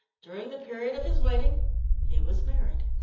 during the period of his waiting he was married.